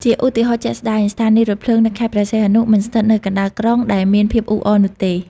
ជាឧទាហរណ៍ជាក់ស្តែង ស្ថានីយ៍រថភ្លើងនៅខេត្តព្រះសីហនុ មិនស្ថិតនៅកណ្តាលក្រុងដែលមានភាពអ៊ូអរនោះទេ។